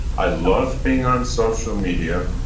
i love being on social media.